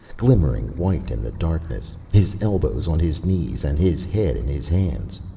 glimmering white in the darkness, his elbows on his knees and his head in his hands.